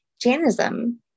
Jainism